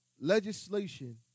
legislation